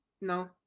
No